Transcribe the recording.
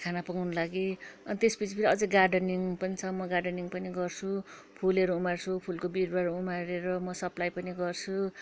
खाना पकाउँनुको लागि अनि त्यस पिछे फेरि गार्डनिङ पनि छ म गार्डनिङ पनि गर्छु फुलहरू उमार्छु फुलको बिरुवाहरू उमारेर म सप्लाई पनि गर्छु